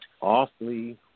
awfully